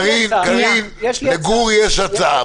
קארין, לגור יש הצעה.